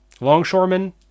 Longshoremen